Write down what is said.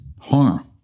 harm